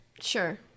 Sure